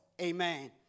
Amen